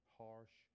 harsh